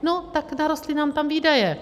No, tak narostly nám tam výdaje.